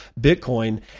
Bitcoin